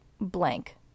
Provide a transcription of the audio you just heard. blank